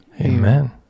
Amen